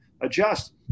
adjust